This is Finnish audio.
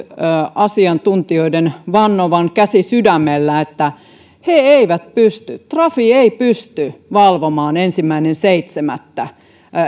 asiantuntijoiden vannovan käsi sydämellä että he eivät pysty trafi ei pysty valvomaan ensimmäinen seitsemättä